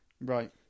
Right